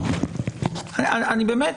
אני באמת,